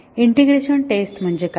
integration test म्हणजे काय